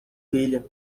filha